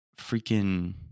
freaking